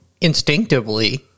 instinctively